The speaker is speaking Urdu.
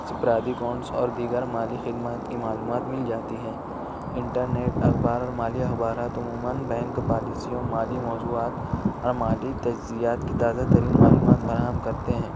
پرادی کونس اور مالی دیگر خدمات کی معلومات مل جاتی ہے انٹرنیٹ اخبار اور مالی اخبارات عموماً بینک پالیسیوں مالی موضوعات اور مالی تجزیات کی تازہ ترین معلومات فراہم کرتے ہیں